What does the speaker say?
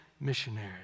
missionary